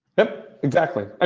yup, exactly.